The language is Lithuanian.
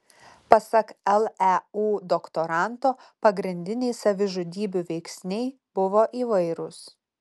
pasak leu doktoranto pagrindiniai savižudybių veiksniai buvo įvairūs